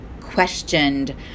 questioned